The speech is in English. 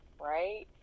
right